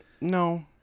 No